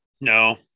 no